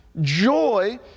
Joy